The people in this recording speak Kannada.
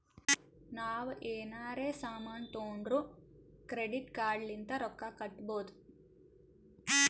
ನಾವ್ ಎನಾರೇ ಸಾಮಾನ್ ತೊಂಡುರ್ ಕ್ರೆಡಿಟ್ ಕಾರ್ಡ್ ಲಿಂತ್ ರೊಕ್ಕಾ ಕಟ್ಟಬೋದ್